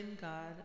God